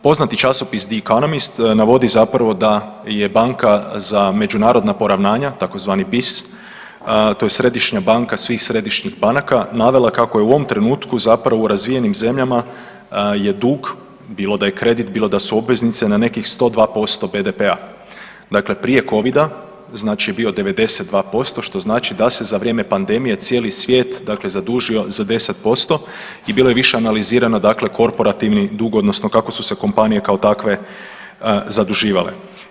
Poznati časopis Di canamis navodi zapravo da je banka za međunarodna poravnanja tzv. BIS, to je središnja banka svih središnjih banaka nadala kako je u ovom trenutku zapravo u razvijenim zemljama je dug bilo da je kredit, bilo da su obveznice na nekih 102% BDP-a, dakle prije covida znači je bio 92%, što znači da se za vrijeme pandemije cijeli svijet dakle zadužio za 10% i bilo je više analizirano dakle korporativni dug odnosno kako su se kompanije kao takve zaduživale.